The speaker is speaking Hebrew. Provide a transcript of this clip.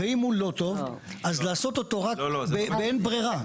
ואם הוא לא טוב, אז לעשות אותו רק באין ברירה.